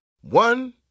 One